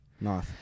Nice